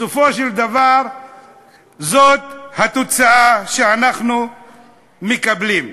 בסופו של דבר זאת התוצאה שאנחנו מקבלים.